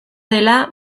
dela